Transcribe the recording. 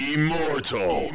Immortal